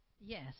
Yes